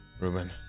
Ruben